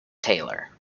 taylor